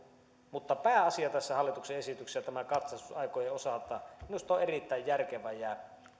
mutta pääasia tässä hallituksen esityksessä näiden katsastusaikojen osalta minusta on erittäin järkevä